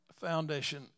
Foundation